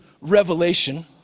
Revelation